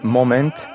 moment